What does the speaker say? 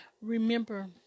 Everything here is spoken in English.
remember